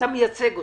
אתה מייצג אותם.